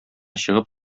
чыгып